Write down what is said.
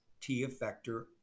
T-effector